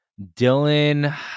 Dylan